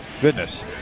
Goodness